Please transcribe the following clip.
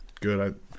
good